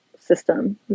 system